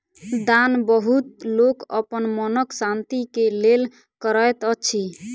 दान बहुत लोक अपन मनक शान्ति के लेल करैत अछि